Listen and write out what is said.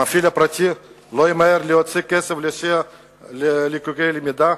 המפעיל הפרטי לא ימהר להוציא כסף לסיוע ללקויי למידה,